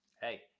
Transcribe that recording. hey